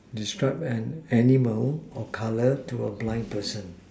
describe an animal or colour to a blind person